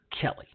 Kelly